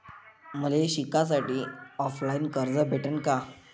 मले शिकासाठी ऑफलाईन कर्ज भेटन का?